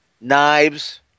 knives